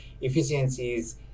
efficiencies